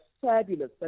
fabulous